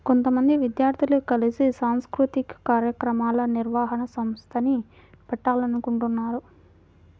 కొంతమంది విద్యార్థులు కలిసి సాంస్కృతిక కార్యక్రమాల నిర్వహణ సంస్థని పెట్టాలనుకుంటన్నారు